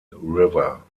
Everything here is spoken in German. river